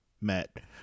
Matt